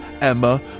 Emma